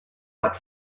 but